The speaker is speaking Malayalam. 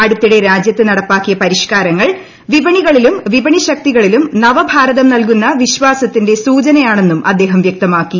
അടുത്തിടെ രാജ്യത്ത് നടപ്പാക്കിയ പരിഷ്കാരങ്ങൾ വിപണികളിലും വിപണി ശക്തിക്കിളില്ലൂർ നവഭാരതം നൽകുന്ന വിശ്വാസത്തിന്റെ സൂചന ആണെന്നും അദ്ദേഹ്യ വ്യക്തമാക്കി